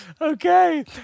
Okay